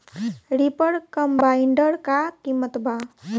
Reaper combiner का किमत बा?